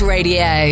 Radio